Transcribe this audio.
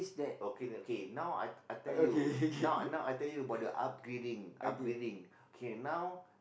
okay okay now I I tell you now now I tell you about the upgrading upgrading okay now